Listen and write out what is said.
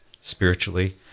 spiritually